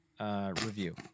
review